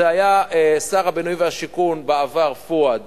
זה היה שר הבינוי והשיכון בעבר פואד